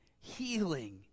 healing